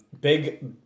Big